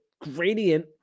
gradient